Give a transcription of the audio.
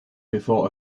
before